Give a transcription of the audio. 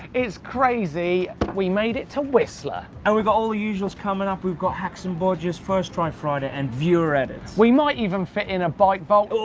it's crazy. we made it to whistler. and we've got all the usuals coming up. we've got hacks and bodges, first try friday, and viewer edits. we might even fit in a bike